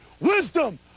wisdom